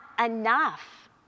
enough